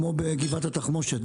כמו בגבעת התחמושת,